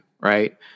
right